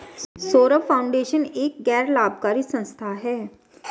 Saurabh foundation एक गैर लाभकारी संस्था है